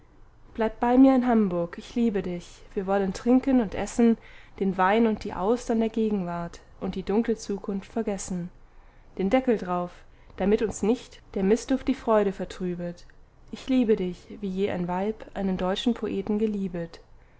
bleib bei mir in hamburg ich liebe dich wir wollen trinken und essen den wein und die austern der gegenwart und die dunkle zukunft vergessen den deckel darauf damit uns nicht der mißduft die freude vertrübet ich liebe dich wie je ein weib einen deutschen poeten geliebet